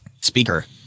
speaker